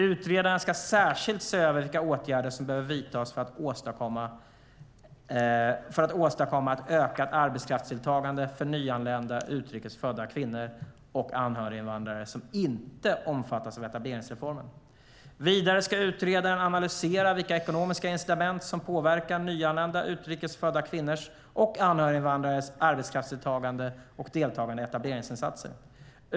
Utredaren ska särskilt se över vilka åtgärder som behöver vidtas för att åstadkomma ett ökat arbetskraftsdeltagande för nyanlända utrikes födda kvinnor och anhöriginvandrare som inte omfattas av etableringsreformen. Vidare ska utredaren analysera vilka ekonomiska incitament som påverkar nyanlända utrikes födda kvinnors och anhöriginvandrares arbetskraftsdeltagande och deltagande i etableringsinsatser.